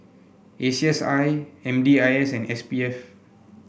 A C S I M D I S and S P F